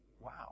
Wow